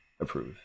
approve